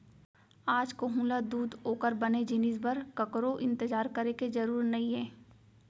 आज कोहूँ ल दूद ओकर बने जिनिस बर ककरो इंतजार करे के जरूर नइये